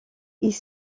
ils